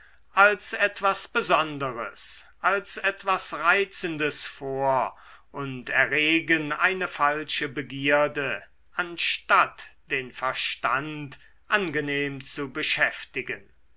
als etwas besonderes als etwas reizendes vor und erregen eine falsche begierde anstatt den verstand angenehm zu beschäftigen